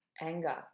anger